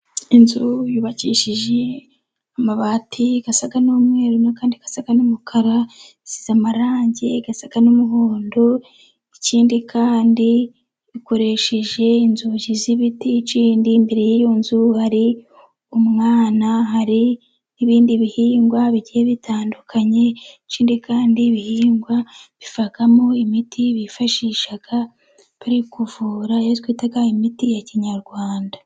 Inzu yubakishije amabati asa n'umweru n'ayandi asa n'umukara, isize amarangi asa n'umuhondo, ikindi kandi ikoresheje inzugi z'ibiti, ikindi imbere y'iyo nzu, hari umwana, hari n'ibindi bihingwa bigiye bitandukanye, ikindi kandi ibihingwa bivamo imiti bifashisha bari kuvura, iyo twita imiti ya kinyarwanda.